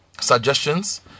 suggestions